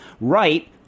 right